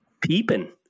Peeping